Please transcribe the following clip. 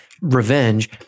revenge